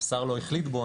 שר לא החליט בו,